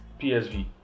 PSV